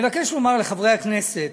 אני מבקש לומר לחברי הכנסת,